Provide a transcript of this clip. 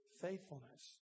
faithfulness